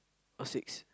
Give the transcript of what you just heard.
or sixth